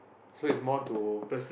so is more to